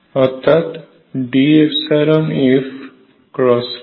অর্থাৎ DF×T